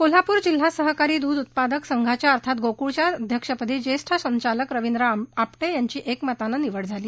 कोल्हापूर जिल्हा सहकारी दूध उत्पादक संघाच्या अर्थात गोकुळच्या अध्यक्षपदी ज्येष्ठ संचालक रवींद्र आपटे यांची एकमतानं निवड झाली